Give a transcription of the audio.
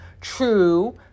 true